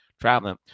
traveling